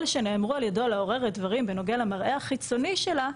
שנאמרו על ידו לעורר דברים בנוגע למראה החיצוני שלה,